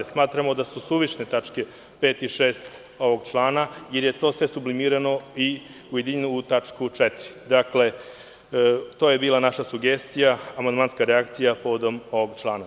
Smatramo da su suvišne tačke 5. i 6. ovog člana, jer je to sve sublimirano i ujedinjeno u tačku 4. To je bila naša sugestija, amandmanska reakcija povodom ovog člana.